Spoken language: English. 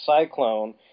Cyclone